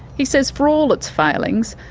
he says for all its failings,